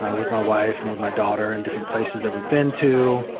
ah with my wife and with my daughter in different places that we've been to.